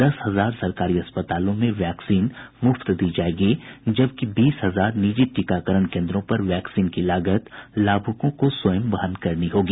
दस हजार सरकारी अस्पतालों में वैक्सीन मुफ्त दी जाएगी जबकि बीस हजार निजी टीकाकरण केंद्रों पर वैक्सीन की लागत लाभुकों को स्वयं वहन करनी होगी